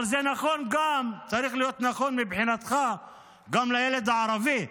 אבל זה צריך להיות נכון מבחינתך גם לילד הערבי,